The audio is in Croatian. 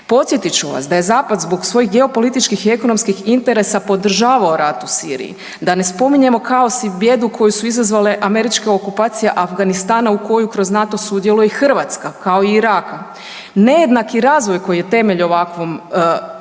Podsjetit ću vas da je zapad zbog svojih geopolitičkih i ekonomskih interesa podržavao rat u Siriji, a ne spominjemo kaos i bijedu koju su izazvale američke okupacije Afganistana u koju kroz NATO sudjeluje i Hrvatska kao i Iraka. Nejednaki razvoj koji je temelj ovakvom uzroku